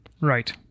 Right